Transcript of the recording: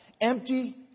empty